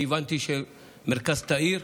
כי הבנתי שמרכז תאיר,